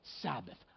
sabbath